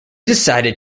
decided